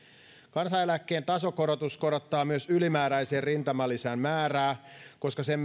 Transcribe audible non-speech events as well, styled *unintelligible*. kansaneläkkeen tasokorotus korottaa myös ylimääräisen rintamalisän määrää koska sen *unintelligible*